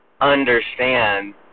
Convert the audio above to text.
understand